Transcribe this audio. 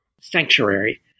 sanctuary